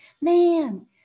man